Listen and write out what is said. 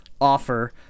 offer